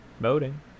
boating